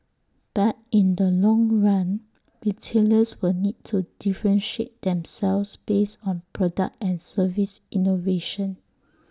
but in the long run retailers will need to differentiate themselves based on product and service innovation